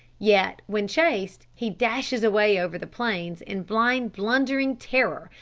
yet, when chased, he dashes away over the plains in blind blundering terror,